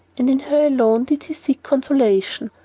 and in her alone did he seek consolation.